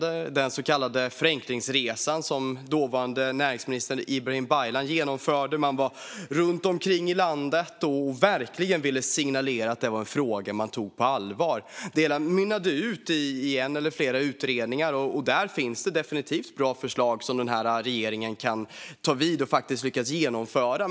Det var den så kallade förenklingsresan, som dåvarande näringsministern, Ibrahim Baylan, genomförde. Man åkte runt i landet och ville verkligen signalera att detta var en fråga som man tog på allvar. Det mynnade ut i en eller flera utredningar, och där finns det definitivt bra förslag som denna regering kan ta vidare och faktiskt lyckas genomföra.